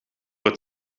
het